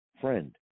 friend